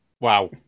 Wow